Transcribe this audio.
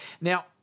Now